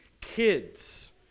kids